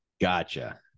Gotcha